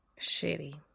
Shitty